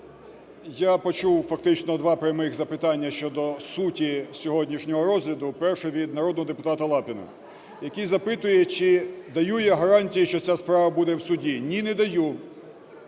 я почув фактично два прямих запитання щодо суті сьогоднішнього розгляду. Перше – від народного депутата Лапіна, який запитує, чи даю я гарантії, що ця справа буде в суді. Ні, не даю,